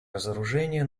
разоружение